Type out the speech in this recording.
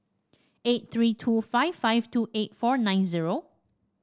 eight three two five five two eight four nine zero